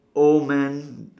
old man